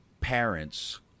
parents